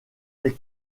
est